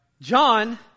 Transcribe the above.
John